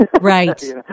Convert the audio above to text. Right